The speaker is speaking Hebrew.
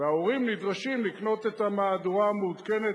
וההורים נדרשים לקנות את המהדורה המעודכנת.